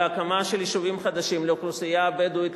בהקמה של יישובים חדשים לאוכלוסייה הבדואית,